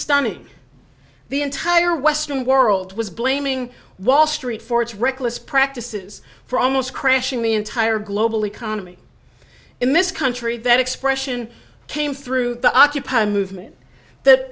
stunning the entire western world was blaming wall street for its reckless practices for almost crashing the entire global economy in this country that expression came through the occupy movement that